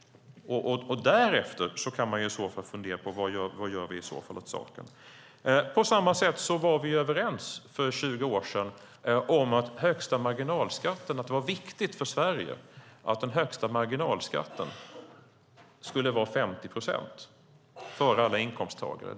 Därefter kan vi i så fall fundera på vad vi kan göra åt saken. På samma sätt var vi överens för 20 år sedan om att det var viktigt för Sverige att den högsta marginalskatten skulle vara 50 procent för alla inkomsttagare.